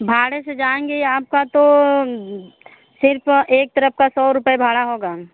भाड़े से जाएँगे आपका तो सिर्फ़ एक तरफ़ का सौ रुपए भाड़ा होगा